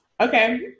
Okay